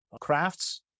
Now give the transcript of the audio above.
crafts